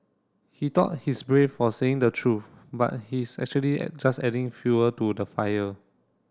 he thought he's brave for saying the truth but he's actually just adding fuel to the fire